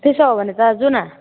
त्यसो हो भने त जाऔँ न